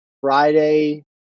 friday